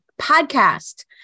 Podcast